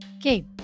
Okay